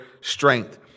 strength